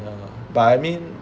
ya but I mean